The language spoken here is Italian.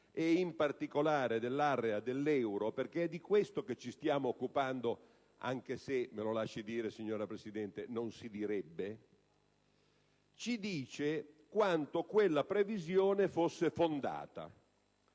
e, in particolare, dell'area dell'euro (perché è di questo che ci stiamo occupando, anche se - me lo lasci dire, signora Presidente - non si direbbe), ci dice quanto quella previsione fosse fondata.